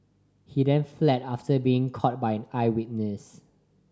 he then fled after being caught by an eyewitness